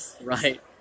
Right